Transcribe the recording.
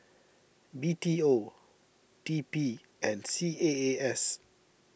B T O T P and C A A S